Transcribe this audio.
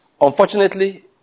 Unfortunately